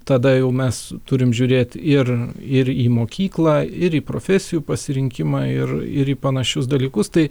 tada jau mes turim žiūrėt ir ir į mokyklą ir į profesijų pasirinkimą ir ir į panašius dalykus tai